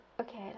okay